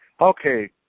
okay